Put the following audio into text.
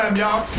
y'all.